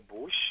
bush